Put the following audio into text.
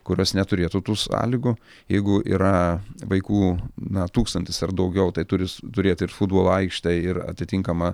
kurios neturėtų tų sąlygų jeigu yra vaikų na tūkstantis ar daugiau tai turi turėti ir futbolo aikštę ir atitinkamą